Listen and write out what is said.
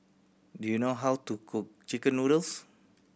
do you know how to cook chicken noodles